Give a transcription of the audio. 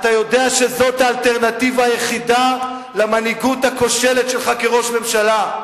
אתה יודע שזאת האלטרנטיבה היחידה למנהיגות הכושלת שלך כראש ממשלה,